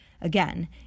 Again